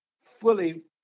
fully